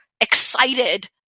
excited